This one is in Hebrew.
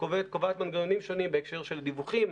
שקובעת מנגנונים בהקשר של דיווחים,